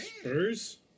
Spurs